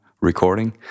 recording